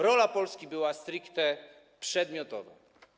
Rola Polski była stricte przedmiotowa.